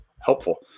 helpful